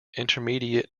intermediate